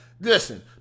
Listen